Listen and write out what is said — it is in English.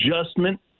adjustment